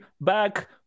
back